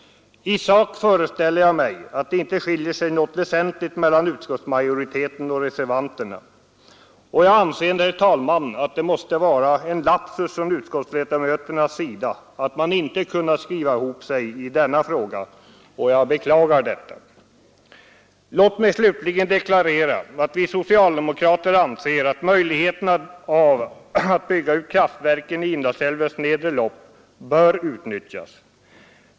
I sak föreställer jag mig att det inte skiljer något väsentligt mellan. utskottsmajoritetens och reservanternas uppfattningar. Och jag anser, herr talman, att det måste vara en lapsus från utskottsledamöternas sida att de inte har kunnat skriva ihop sig i denna fråga. Jag beklagar det. Låt mig slutligen deklarera att vi socialdemokrater anser att möjligheten att bygga ut kraftverken i Indalsälvens nedre lopp bör utnyttjas.